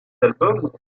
albums